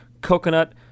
coconut